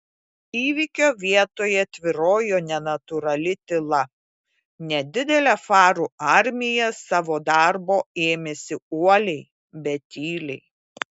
įvykio vietoje tvyrojo nenatūrali tyla nedidelė farų armija savo darbo ėmėsi uoliai bet tyliai